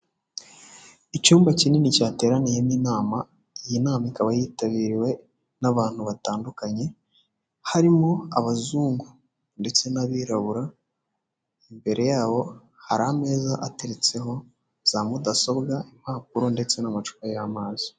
Icyumba kinini cyateraniyemo inama, iyi nama ikaba yitabiriwe n'abantu batandukanye, harimo abazungu ndetse n'abirabura, imbere yabo hari ameza ateretseho za mudasobwa, impapuro ndetse n'amacupa y'amazi.